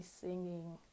singing